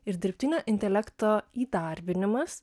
ir dirbtinio intelekto įdarbinimas